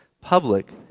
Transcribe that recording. public